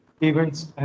events